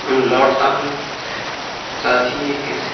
لوٹتا ہوں ساتھ ہی ایک ایسی